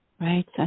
right